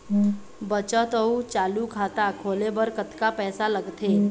बचत अऊ चालू खाता खोले बर कतका पैसा लगथे?